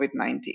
COVID-19